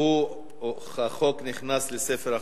והוא נכנס לספר החוקים.